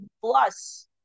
plus